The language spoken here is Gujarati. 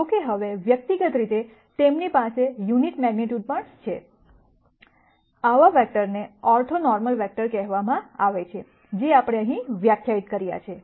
જો કે હવે વ્યક્તિગત રીતે તેમની પાસે યુનિટ મેગ્નીટ્યૂડ પણ છે આવા વેક્ટરને ઓર્થોનોર્મલ વેક્ટર કહેવામાં આવે છે જે આપણે અહીં વ્યાખ્યાયિત કર્યા છે